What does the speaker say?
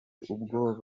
ubwo